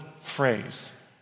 phrase